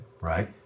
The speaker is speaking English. Right